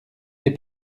des